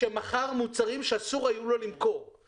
אם הן היו היה clear cut היה קל לעשות את זה.